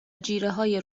جیرههای